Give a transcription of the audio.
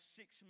six